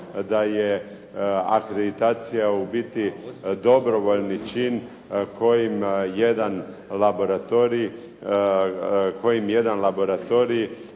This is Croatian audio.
da je akreditacija u biti dobrovoljni čin kojim jedan laboratorij